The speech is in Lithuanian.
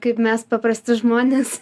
kaip mes paprasti žmonės